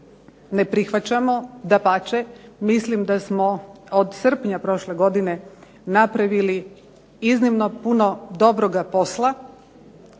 ne prihvaćamo. Dapače, mislim da smo od srpnje prošle godine napravili iznimno puno dobroga posla.